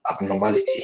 abnormality